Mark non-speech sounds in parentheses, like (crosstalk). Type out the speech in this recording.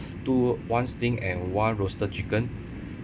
two one steamed and one roasted chicken (breath)